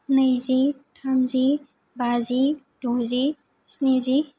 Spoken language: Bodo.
नैजि थामजि बाजि द'जि स्निजि